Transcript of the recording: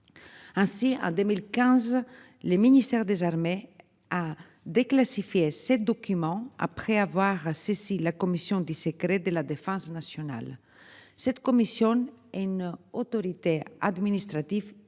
Ainsi en 2015 le ministère des Armées à déclassifier ces documents après avoir saisi la commission des secret de la défense nationale. Cette commission est une autorité administrative Independent